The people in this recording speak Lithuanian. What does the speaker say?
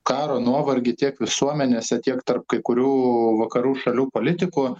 karo nuovargį tiek visuomenėse tiek tarp kai kurių vakarų šalių politikų